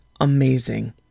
amazing